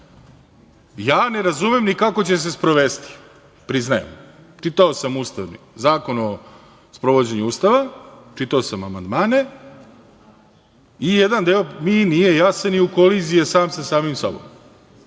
ne razumem ni kako će se sprovesti, priznajem. Čitao sam Zakon o sprovođenju Ustava, čitao sam amandmane i jedan deo mi nije jasan i u koliziji je sam sa samim sobom.